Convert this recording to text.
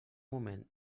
moment